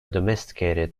domesticated